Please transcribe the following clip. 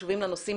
חשובה לנושאים